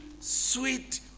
sweet